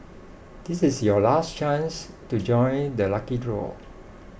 this is your last chance to join the lucky draw